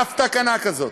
אף תקנה כזאת.